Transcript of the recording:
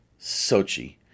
Sochi